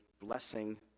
blessing